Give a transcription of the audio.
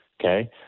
okay